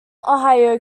ohio